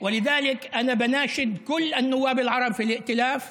ולכן אני קורא לכל חברי הכנסת